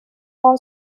our